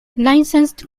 licensed